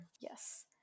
yes